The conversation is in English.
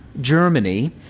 Germany